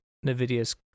NVIDIA's